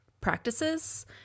practices